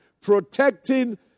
protecting